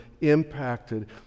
impacted